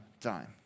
time